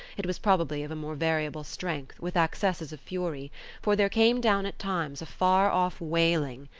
it was probably of a more variable strength, with accesses of fury for there came down at times a far-off wailing,